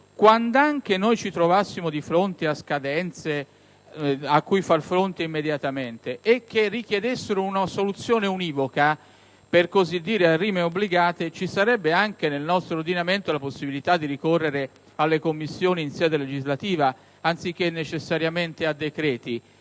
quand'anche ci trovassimo di fronte a scadenze cui far fronte immediatamente che richiedessero una soluzione univoca, per così dire in rime obbligate, ci sarebbe, nel nostro ordinamento, la possibilità di ricorrere alle Commissioni in sede deliberante, anziché necessariamente a decreti,